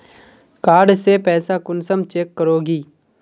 Card से पैसा कुंसम चेक करोगी?